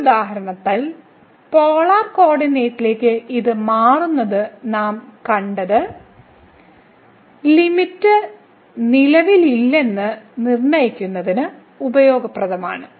മറ്റൊരു ഉദാഹരണത്തിൽ പോളാർ കോർഡിനേറ്റിലേക്ക് ഇത് മാറുന്നത് നാം കണ്ടത് ലിമിറ്റ് നിലവിലില്ലെന്ന് നിർണ്ണയിക്കുന്നതിനും ഉപയോഗപ്രദമാണ്